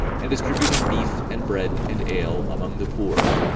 and distributing beef, and bread, and ale, among the poor,